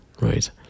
right